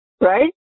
right